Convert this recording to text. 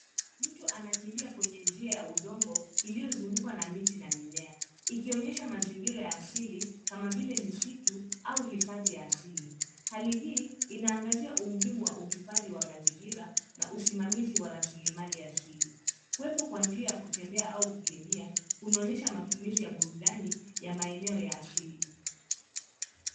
Mtu anakimbia kwenye njia ya udongo, iliyozungukwa na miti na mimea, ikionyesha mazingira ya asili kama vile misitu au hifadhi asili. Hali hii, inaangazia umuhimu wa uhifadhi wa mazingira na usimamizi wa rasilimali asili. Kuwepo kwa njia ya kutembea au kukimbia kunaonyesha matumizi ya burudani ya maeneo ya asili.